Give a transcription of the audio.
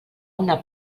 una